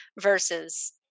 versus